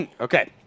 Okay